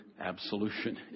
absolution